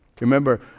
Remember